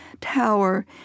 tower